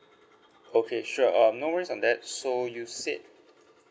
okay sure um no worries on that so you said